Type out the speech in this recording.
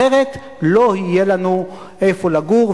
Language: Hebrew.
אחרת לא יהיה לנו איפה לגור,